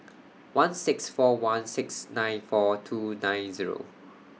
one six four one six nine four two nine Zero